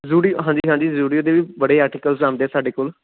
ਜ਼ੁਡੀਓ ਹਾਂਜੀ ਹਾਂਜੀ ਜ਼ੁਡੀਓ ਦੇ ਵੀ ਬੜੇ ਆਰਟੀਕਲਜ਼ ਆਉਂਦੇ ਸਾਡੇ ਕੋਲ